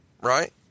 right